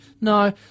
no